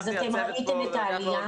אז אתם ראיתם את העלייה.